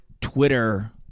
Twitter